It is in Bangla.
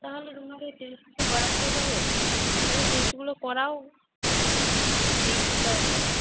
তাহলে তোমাকে ওই টেস্ট দুটো করাতেই হবে তাহলে টেস্টগুলো করাও দেখছি তারপর